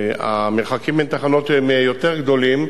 המרחקים בין תחנות הם יותר גדולים,